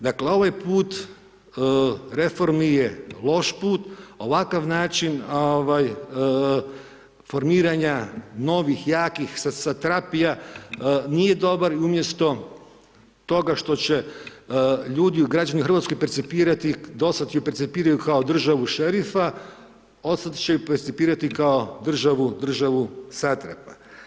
Dakle ovaj put reformi je loš put, ovakav način formiranja novih, jakih satrapija nije dobar i umjesto toga što će ljudi i građani Hrvatske percipirati, do sada ju percipiraju kao državu šerifa, od sada će ju percipirati kao državu satrapa.